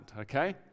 okay